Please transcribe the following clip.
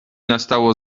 nastało